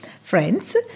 friends